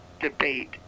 debate